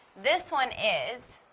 this one is,